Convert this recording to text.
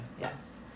Yes